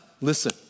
listen